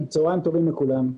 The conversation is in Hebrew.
צוהריים טובים לכולם.